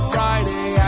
Friday